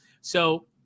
So-